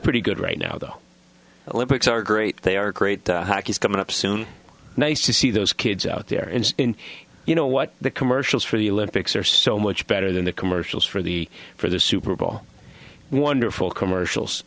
pretty good right now the olympics are great they are great hockey is coming up soon nice to see those kids out there and you know what the commercials for the olympics are so much better than the commercials for the for the super bowl wonderful commercials